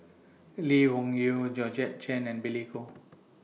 Lee Wung Yew Georgette Chen and Billy Koh